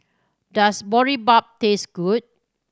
does Boribap taste good